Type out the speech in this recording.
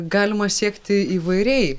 galima siekti įvairiai